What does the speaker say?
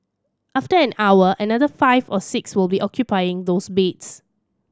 after an hour another five or six will be occupying those beds